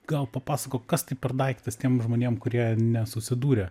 gal papasakok kas tai per daiktas tiem žmonėm kurie nesusidūrė